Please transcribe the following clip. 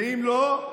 ואם לא,